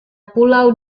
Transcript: pulau